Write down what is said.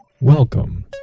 Welcome